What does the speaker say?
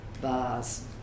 bars